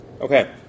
Okay